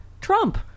Trump